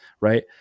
right